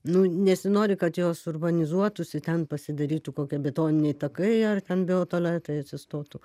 nu nesinori kad jos urbanizuotųsi ten pasidarytų kokie betoniniai takai ar ten biotualetai atsistotų